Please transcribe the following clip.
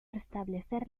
restablecer